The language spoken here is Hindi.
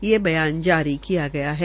यह बयान जारी किया गया है